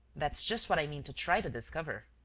that's just what i mean to try to discover.